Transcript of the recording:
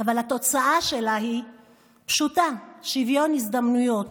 אבל התוצאה שלה היא פשוטה: שוויון הזדמנויות,